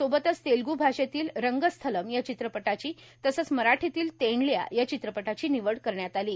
सोबतच तेलग्र भाषेतील रंगस्थलम् या चित्रपटाची तसंच मराठीतील तेंडल्या या चित्रपटाची निवड करण्यात आली आहे